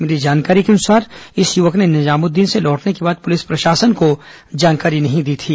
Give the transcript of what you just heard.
मिली जानकारी के अनुसार इस युवक ने निजामुद्दीन से लौटने के बाद पुलिस प्रशासन को जानकारी नहीं दी थी